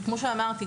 כמו שאמרתי,